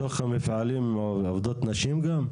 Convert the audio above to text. בתוך המפעלים עובדות נשים גם?